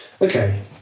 Okay